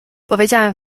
powiedziałem